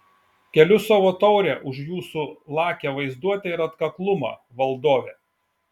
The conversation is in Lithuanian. keliu savo taurę už jūsų lakią vaizduotę ir atkaklumą valdove